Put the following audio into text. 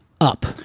up